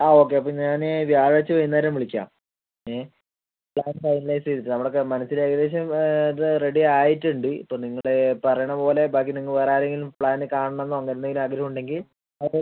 ആ ഓക്കെ അപ്പം ഞാന് വ്യാഴാഴ്ച്ച വൈകുന്നേരം വിളിക്കാം ഏ പ്ലാൻ ഫൈനലൈസ് ചെയ്തിട്ട് നമ്മളൊക്കെ മനസ്സിലേകദേശം ഇത് റെഡി ആയിട്ട് ഉണ്ട് ഇപ്പം നിങ്ങള് പറയണപ്പോലെ ബാക്കി നിങ്ങള് വേറെ ആരെയെങ്കിലും പ്ലാന് കാണണമെന്നോ അങ്ങനെ എന്തേലും ആഗ്രഹം ഉണ്ടെങ്കിൽ അത്